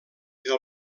del